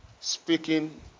speaking